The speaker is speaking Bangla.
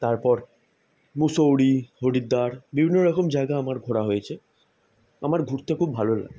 তারপর মুসৌরি হরিদ্বার বিভিন্ন রকম জায়গা আমার ঘোরা হয়েছে আমার ঘুরতে খুব ভালো লাগে